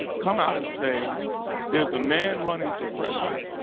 come out and say there's a man running for president